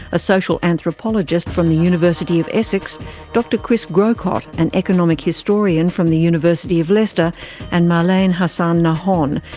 a social anthropologist from the university of essex dr chris grocott, an economic historian from the university of leicester and marlene hassan nahon,